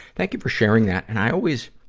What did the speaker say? thank you for sharing that. and i always,